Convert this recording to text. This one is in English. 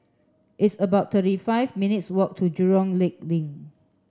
it's about twenty five minutes' walk to Jurong Lake Link